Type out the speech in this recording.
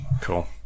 cool